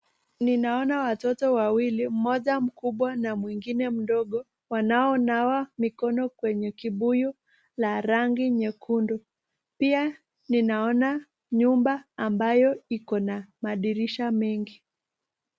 Ninaona watoto wawili, moja mkubwa na mwengine mdogo wanaonawa mikono kwenye kibuyu la rangi nyekundu. Pia ninaona nyumba ambayo iko na madirisha mengi.